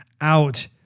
out